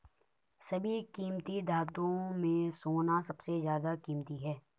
सभी कीमती धातुओं में सोना सबसे ज्यादा कीमती है